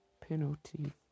penalty